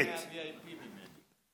VIP באמת.